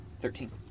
Thirteen